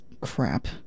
crap